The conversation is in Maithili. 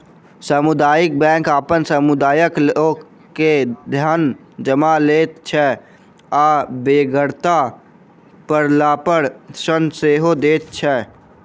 सामुदायिक बैंक अपन समुदायक लोक के धन जमा लैत छै आ बेगरता पड़लापर ऋण सेहो दैत छै